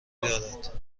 دارد